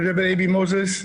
מדבר אייבי מוזס,